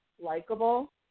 likable